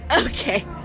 Okay